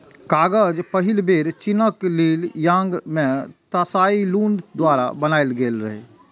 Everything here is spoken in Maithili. कागज पहिल बेर चीनक ली यांग मे त्साई लुन द्वारा बनाएल गेल रहै